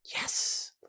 Yes